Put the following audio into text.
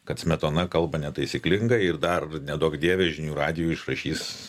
kad smetona kalba netaisyklingai ir dar neduok dieve žinių radijui išrašys